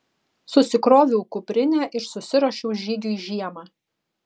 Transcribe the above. susikroviau kuprinę ir susiruošiau žygiui žiemą